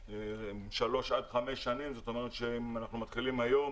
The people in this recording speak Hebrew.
3 עד 5 שנים זאת אומרת שאם אנחנו מתחילים היום